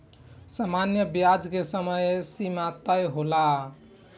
सामान्य ब्याज के समय सीमा तय होला